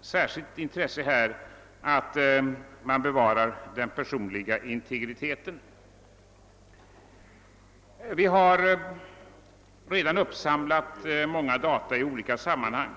särskilt viktigt intresse härvidlag är att bevara den personliga integriteten. Vi har redan uppsamlat många data i olika sammanhang.